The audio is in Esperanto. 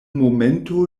momento